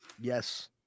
Yes